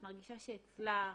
את מרגישה שהצלחת,